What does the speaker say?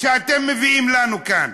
אתם מביאים לנו כאן.